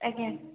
ଆଜ୍ଞା